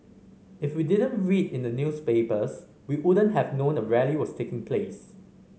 if we didn't read in the newspapers we wouldn't have known a rally was taking place